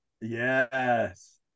Yes